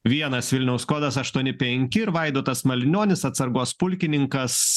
vienas vilniaus kodas aštuoni penki ir vaidotas malinionis atsargos pulkininkas